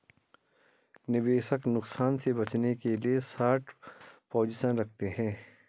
निवेशक नुकसान से बचने के लिए शार्ट पोजीशन रखते है